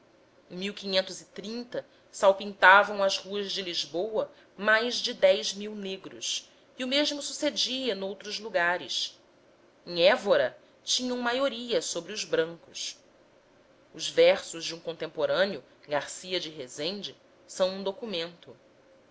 e o salpintavam as ruas de lisboa mais de dez mil negros e o mesmo sucedia noutros lugares em évora tinham maioria sobre os brancos os versos de um contemporâneo garcia de rezende são um documento